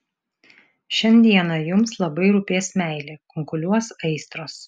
šiandieną jums labai rūpės meilė kunkuliuos aistros